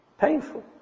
painful